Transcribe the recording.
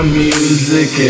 music